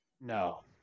No